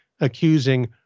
accusing